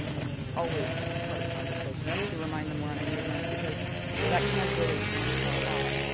that's always part of the conversation, is to remind them we're on indian lands because that kind of really stands for a lot.